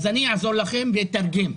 אני אעזור ואתרגם.